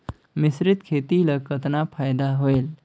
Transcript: मिश्रीत खेती ल कतना फायदा होयल?